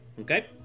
Okay